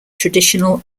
traditional